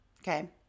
okay